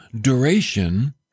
duration